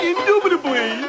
Indubitably